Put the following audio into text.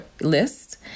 list